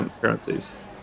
currencies